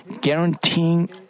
guaranteeing